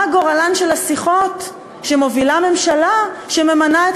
מה גורלן של השיחות שמובילה ממשלה שממנה את